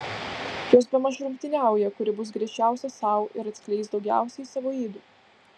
jos bemaž rungtyniauja kuri bus griežčiausia sau ir atskleis daugiausiai savo ydų